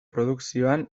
produkzioan